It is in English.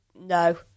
no